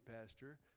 pastor